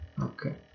okay